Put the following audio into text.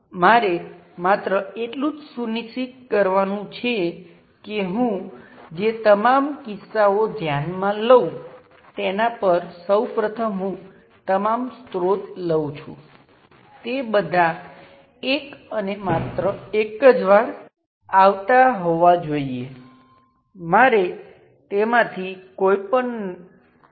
આપણે બંને પોર્ટ પર વોલ્ટેજ લાગુ કરી શકીએ છીએ અને કરંટનું માપ અથવા વર્ણન કરી શકીએ છીએ એટલે કે આપણે પોર્ટ 1 પર કરંટ I1 અને પોર્ટ 2 પર કરંટ I2 ને માપીએ છીએ